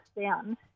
down